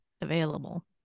available